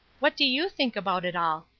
what do you think about it all?